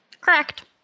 Correct